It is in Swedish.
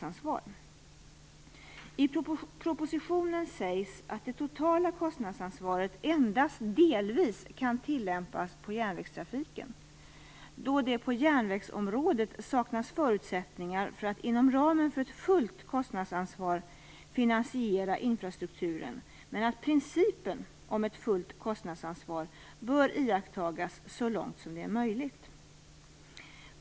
propositionen sägs att det totala kostnadsansvaret endast delvis kan tillämpas på järnvägstrafiken, då det på järnvägsområdet saknas förutsättningar för att inom ramen för ett fullt kostnadsansvar finansiera infrastrukturen, men att principen om ett fullt kostnadsansvar bör iakttagas så långt som det är möjligt.